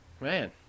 Man